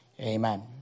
Amen